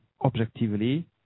objectively